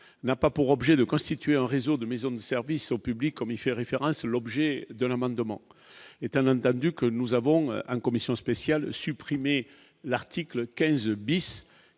n'a pas pour objet de constituer un réseau de maison de service au public, comme il fait référence, l'objet de l'amendement est un que nous avons à une commission spéciale supprimer l'article 15 bis